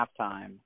halftime